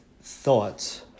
thoughts